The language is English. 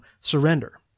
surrender